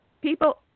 people